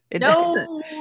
No